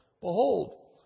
Behold